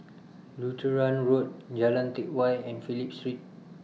Lutheran Road Jalan Teck Whye and Phillip Street